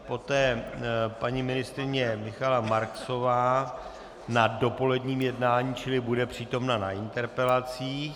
Poté paní ministryně Michaela Marksová na dopoledním jednání, čili bude přítomna na interpelacích.